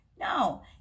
No